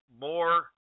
more